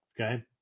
Okay